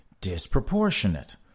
disproportionate